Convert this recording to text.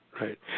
right